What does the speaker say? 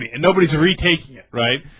and nobody's retake right